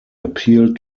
appealed